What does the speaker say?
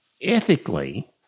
ethically